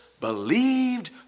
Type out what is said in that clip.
believed